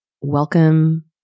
Welcome